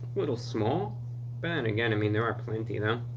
little small. but then again. i mean there are plenty though.